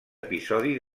episodi